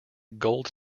gold